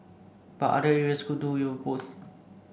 but other areas could do with a boost